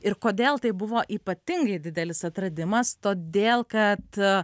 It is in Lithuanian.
ir kodėl tai buvo ypatingai didelis atradimas todėl kad